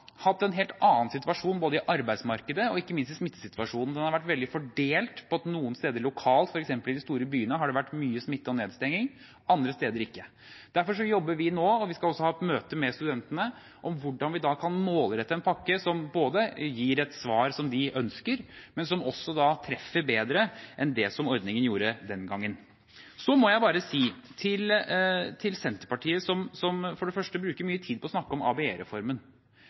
hatt en helt annen situasjon, når det gjelder både arbeidsmarkedet og ikke minst smittesituasjonen. Den har vært veldig fordelt på den måten at noen steder lokalt, f.eks. i de store byene, har det vært mye smitte og nedstenging, men andre steder ikke. Derfor jobber vi nå – og vi skal også ha et møte med studentene om det – med hvordan vi kan målrette en pakke som både gir et svar som de ønsker, og som treffer bedre enn det ordningen gjorde den gangen. Så må jeg bare si til Senterpartiet, som for det første bruker mye tid på å snakke om